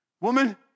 Woman